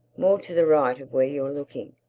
more to the right of where you're looking.